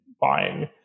buying